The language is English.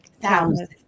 thousands